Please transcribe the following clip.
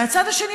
מהצד השני,